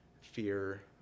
fear